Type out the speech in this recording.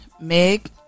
Meg